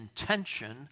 intention